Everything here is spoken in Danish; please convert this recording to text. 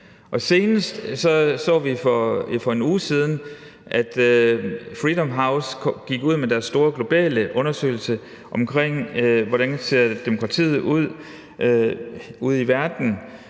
senest så vi for en uge siden, at Freedom House gik ud med deres store globale undersøgelse af, hvordan demokratiet ser ud ude i verden.